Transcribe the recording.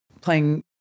playing